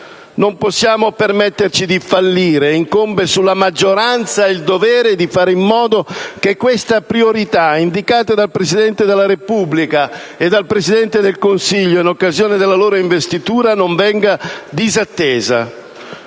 Non possiamo permetterci di fallire. Incombe sulla maggioranza il dovere di fare in modo che questa priorità, indicata dal Presidente della Repubblica e dal Presidente del Consiglio in occasione della loro investitura, non venga disattesa.